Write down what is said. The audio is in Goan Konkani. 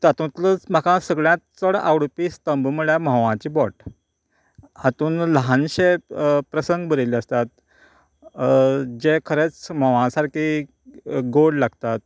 तातूंतलोच म्हाका सगळ्यांत चड आवडपी स्थंभ म्हणल्यार म्होंवाचें बोट हातूंत ल्हानशें प्रसंग बरयल्ले आसतात जे खरेंच म्होंवा सारके गोड लागतात